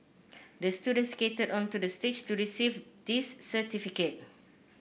the student skated onto the stage to receive this certificate